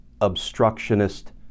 obstructionist